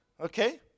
okay